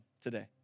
today